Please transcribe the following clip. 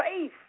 faith